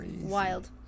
Wild